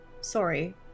sorry